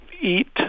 eat